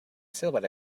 silhouette